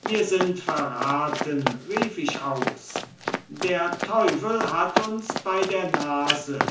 wir sind verraten rief ich aus der teufel hat uns bei der nase